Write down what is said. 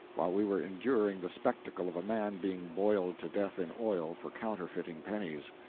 while we were enduring the spectacle of a man being boiled to death in oil for counterfeiting pennies.